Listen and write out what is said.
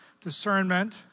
discernment